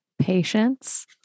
patience